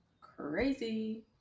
crazy